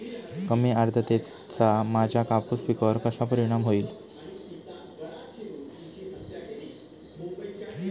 कमी आर्द्रतेचा माझ्या कापूस पिकावर कसा परिणाम होईल?